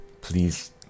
please